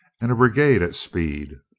and a brigade at speed.